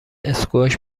اسکواش